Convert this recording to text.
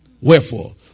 Wherefore